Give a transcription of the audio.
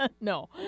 no